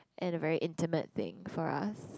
and a very intimate thing for us